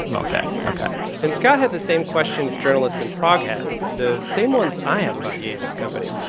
and ok, ok and scott had the same questions journalists in prague had the same ones i have about ye and his company.